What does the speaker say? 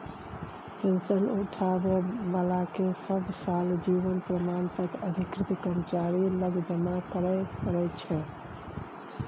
pension उठाबै बलाकेँ सब साल जीबन प्रमाण पत्र अधिकृत कर्मचारी लग जमा करय परय छै